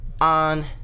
on